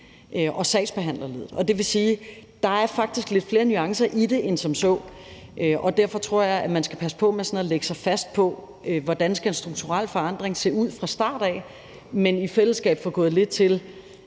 og sagsbehandlerleddet. Det vil sige, at der faktisk er lidt flere nuancer i det end som så. Derfor tror jeg, man skal passe på med sådan at lægge sig fast på fra start af, hvordan en strukturel forandring skal se ud, men i stedet i fællesskab få gået lidt til,